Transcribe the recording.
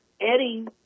Eddie